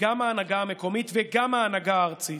וגם ההנהגה המקומית וגם ההנהגה הארצית.